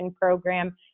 program